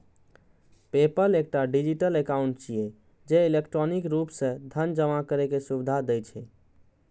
PayPal एकटा digital account छियै, जे इलेक्ट्रॉनिक रूप सं धन जमा करै के सुविधा दै छै